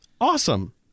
Awesome